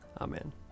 Amen